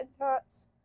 headshots